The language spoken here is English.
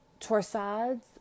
torsades